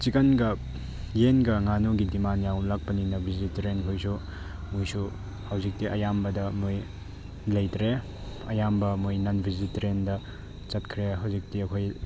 ꯆꯤꯛꯀꯟꯒ ꯌꯦꯟꯒ ꯉꯥꯅꯨꯒꯤ ꯗꯤꯃꯥꯟ ꯌꯥꯝꯂꯛꯄꯅꯤꯅ ꯕꯤꯖꯤꯇꯔꯤꯌꯥꯟꯈꯣꯏꯁꯨ ꯃꯣꯏꯁꯨ ꯍꯧꯖꯤꯛꯇꯤ ꯑꯌꯥꯝꯕꯗ ꯃꯣꯏ ꯂꯩꯇ꯭ꯔꯦ ꯑꯌꯥꯝꯕ ꯃꯣꯏ ꯅꯟ ꯕꯦꯖꯤꯇꯦꯔꯦꯟꯗ ꯆꯠꯈ꯭ꯔꯦ ꯍꯧꯖꯤꯛꯇꯤ ꯑꯩꯈꯣꯏ